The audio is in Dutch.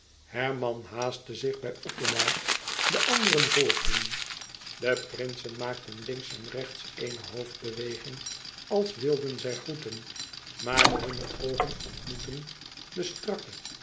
herman haastte zich bij othomar de anderen volgden de prinsen maakten links en rechts eene hoofdbeweging als wilden zij groeten maar hunne oogen ontmoetten de strakke